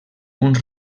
uns